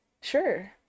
Sure